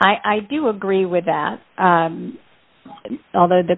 i do agree with that although the